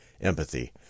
empathy